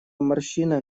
морщина